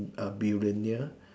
a billionaire ya